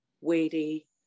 weighty